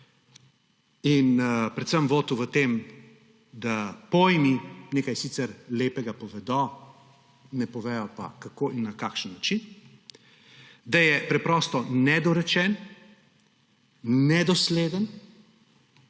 in predvsem votel v tem, da pojmi nekaj sicer lepega povedo, ne povedo pa, kako in na kakšen način. Da je preprosto nedorečen, nedosleden,